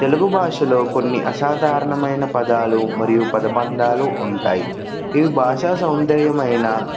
తెలుగు భాషలో కొన్ని అసాధారణమైన పదాలు మరియు పదబంధాలు ఉంటాయి